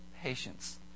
patience